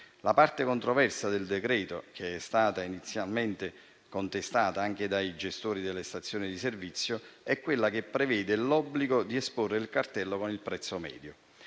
La parte controversa del decreto-legge in discussione, che è stata inizialmente contestata anche dai gestori delle stazioni di servizio, è quella che prevede l'obbligo di esporre il cartello con il prezzo medio.